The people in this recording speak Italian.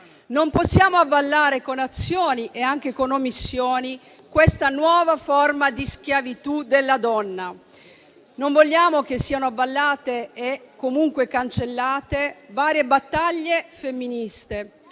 Non possiamo avallare con azioni e anche con omissioni questa nuova forma di schiavitù della donna. Non vogliamo che siano avallate e comunque cancellate varie battaglie femministe.